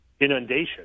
inundation